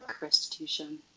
restitution